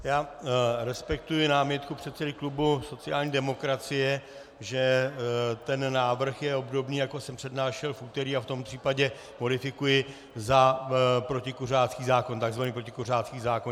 Já respektuji námitku předsedy klubu sociální demokracie, že ten návrh je obdobný, jako jsem přednášel v úterý, a v tom případě modifikuji za protikuřácký zákon, tzv. protikuřácký zákon.